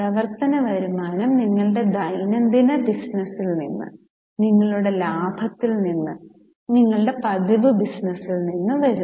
പ്രവർത്തന വരുമാനം നിങ്ങളുടെ ദൈനംദിന ബിസിനസിൽ നിന്ന് നിങ്ങളുടെ ലാഭത്തിൽ നിന്ന് നിങ്ങളുടെ പതിവ് ബിസിനസ്സിൽ നിന്ന് വരുന്നു